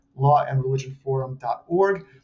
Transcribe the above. lawandreligionforum.org